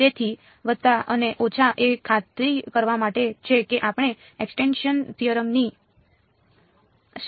તેથી વત્તા અને ઓછા એ ખાતરી કરવા માટે છે કે આપણે એક્સટીન્ક્શન થિયરમ ની શરતોનું પાલન કરીએ છીએ